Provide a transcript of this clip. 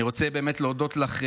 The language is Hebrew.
אני רוצה באמת להודות לך,